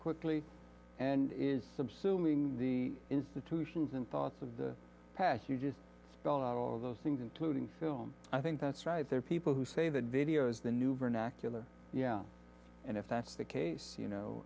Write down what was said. quickly and is subsuming the institutions and thoughts of the past you just spell out all of those things including film i think that's right there are people who say that video is the new vernacular and if that's the case you know